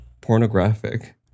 pornographic